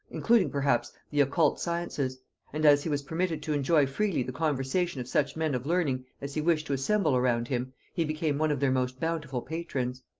including perhaps the occult sciences and as he was permitted to enjoy freely the conversation of such men of learning as he wished to assemble around him, he became one of their most bountiful patrons.